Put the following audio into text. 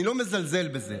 אני לא מזלזל בזה.